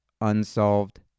unsolved